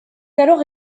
alors